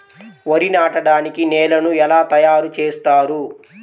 వరి నాటడానికి నేలను ఎలా తయారు చేస్తారు?